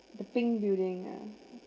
the pink building yeah